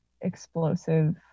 explosive